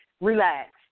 relax